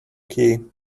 key